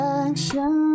action